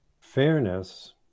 fairness